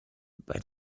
bei